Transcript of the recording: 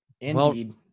Indeed